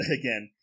again